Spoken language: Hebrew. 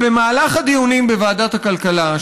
במהלך הדיונים בוועדת הכלכלה,